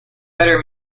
better